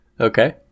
okay